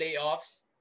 playoffs